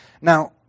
Now